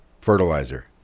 fertilizer